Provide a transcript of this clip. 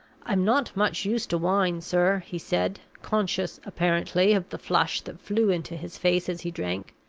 i'm not much used to wine, sir, he said, conscious, apparently, of the flush that flew into his face as he drank,